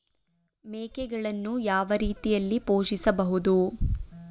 ಮೇಕೆಗಳನ್ನು ಯಾವ ರೀತಿಯಾಗಿ ಪೋಷಿಸಬಹುದು?